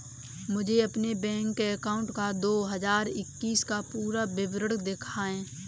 मुझे अपने bank account का दो हज़ार इक्कीस का पूरा विवरण दिखाएँ?